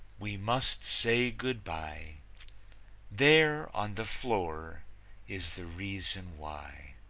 we must say good-by there on the floor is the reason why.